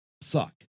suck